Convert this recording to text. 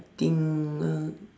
think uh